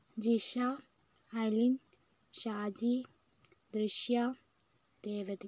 Jisha Alin Shaji Drishya Revathi